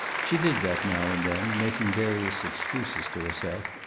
she did that now and then, making various excuses to herself,